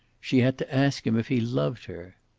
she had to ask him if he loved her.